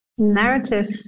narrative